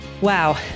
Wow